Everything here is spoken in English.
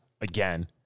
again